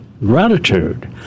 gratitude